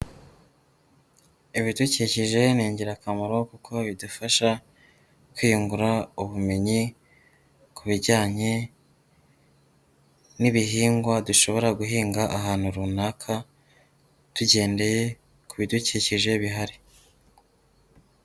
Ibidukikije ni ingirakamaro kuko bidufasha kwiyungura ubumenyi ku bijyanye n'ibihingwa, dushobora guhinga ahantu runaka tugendeye ku bidukikije bihari.